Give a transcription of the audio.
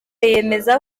yemeza